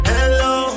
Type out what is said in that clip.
Hello